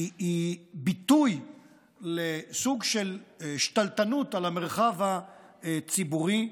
היא ביטוי לסוג של שתלטנות על המרחב הציבורי,